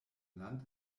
land